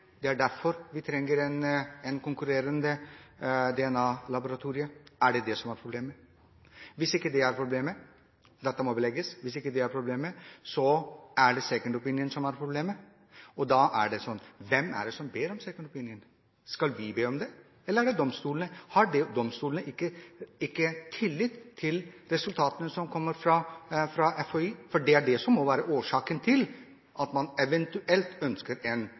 det er derfor vi trenger et konkurrerende DNA-laboratorium? Er det det som er problemet? Hvis ikke det er problemet – dette må belegges – er det «second opinion» som er problemet? Og da er det sånn: Hvem er det som ber om en «second opinion»? Skal vi be om det, eller skal domstolene? Har ikke domstolene tillit til resultatene som kommer fra FHI, for det er det som må være årsaken til at man eventuelt ønsker en